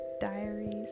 diaries